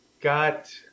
got